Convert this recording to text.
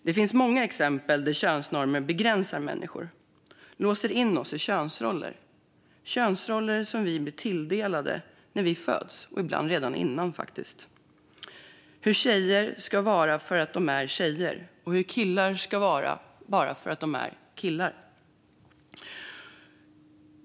Det finns många exempel där könsnormer begränsar människor och låser in oss i könsroller, könsroller som vi blir tilldelade när vi föds och ibland redan innan vi föds. Det handlar om hur tjejer ska vara för att de är tjejer och hur killar ska vara för att de är killar.